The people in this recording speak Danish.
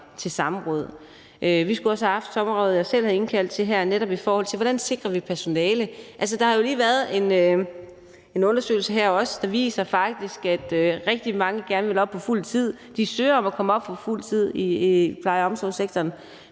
Vi skulle også have haft samrådet, jeg selv har indkaldt til her, netop om, hvordan vi sikrer personale. Der har lige været en undersøgelse, der også viser, at rigtig mange gerne vil op på fuld tid. De søger om at komme op på fuld tid i pleje- og omsorgssektoren,